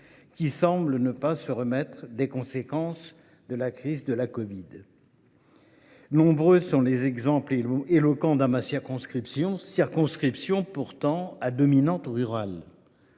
qui semblent ne pas se remettre des conséquences de la crise de la covid 19. Nombreux sont les exemples éloquents dans ma circonscription, pourtant à dominante rurale